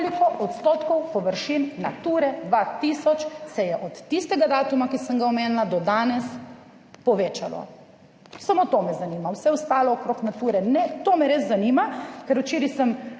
koliko odstotkov površin Nature 2000 se je od tistega datuma, ki sem ga omenila, do danes povečalo. Samo to me zanima. Vse ostalo okrog Nature ne. To me res zanima, ker včeraj sem